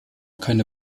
keine